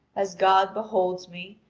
as god beholds me,